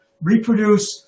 reproduce